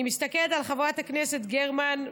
אני מסתכלת על חברת הכנסת גרמן,